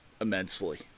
immensely